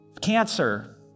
Cancer